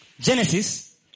Genesis